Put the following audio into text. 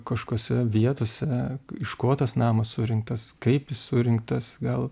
kažkose vietose iš ko tas namas surinktas kaip jis surinktas gal